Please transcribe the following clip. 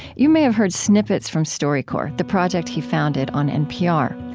you may have heard snippets from storycorps, the project he founded, on npr.